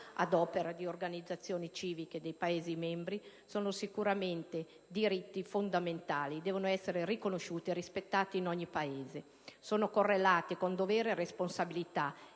ad opera di organizzazioni civiche dei Paesi membri, sono sicuramente diritti fondamentali e devono essere riconosciuti e rispettati in ogni Paese; essi sono correlati con doveri e responsabilità